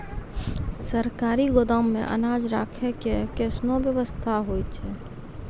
सरकारी गोदाम मे अनाज राखै के कैसनौ वयवस्था होय छै?